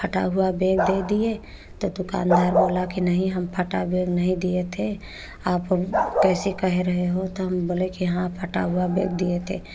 फटा हुआ बैग दे दिए तो दुकानदार बोला कि नहीं हम फटा बैग नहीं दिए थे आप कैसे कह रहे हो तो हम बोले कि हाँ फटा हुआ बैग दिए थे